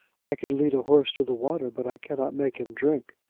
i can lead a horse to the water, but i cannot make him drink.